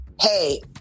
hey